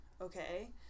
Okay